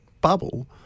bubble